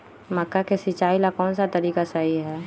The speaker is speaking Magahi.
मक्का के सिचाई ला कौन सा तरीका सही है?